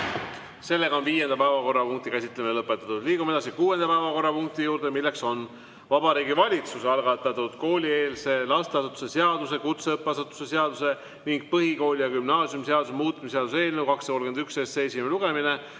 Seega on viienda päevakorrapunkti käsitlemine lõpetatud. Liigume edasi kuuenda päevakorrapunkti juurde, milleks on Vabariigi Valitsuse algatatud koolieelse lasteasutuse seaduse, kutseõppeasutuse seaduse ning põhikooli‑ ja gümnaasiumiseaduse muutmise seaduse eelnõu 231 esimene lugemine.